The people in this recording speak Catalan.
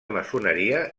maçoneria